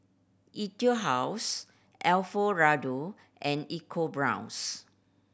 Etude House Alfio Raldo and ecoBrown's